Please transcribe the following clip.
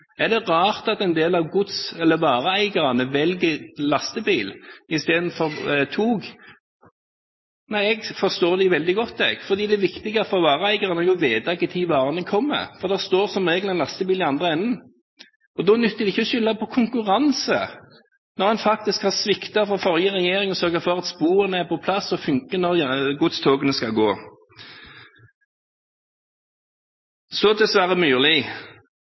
Er det rart at en del av gods- eller vareeierne velger lastebil i stedet for tog? Nei, jeg forstår dem veldig godt, jeg – det viktige for vareeierne er å vite når varene kommer, for det står som regel en lastebil i den andre enden. Det nytter ikke å skylde på konkurranse når forrige regjering faktisk har sviktet når det gjelder å sørge for at sporene er på plass og fungerer når godstogene skal gå. Så til Sverre Myrli,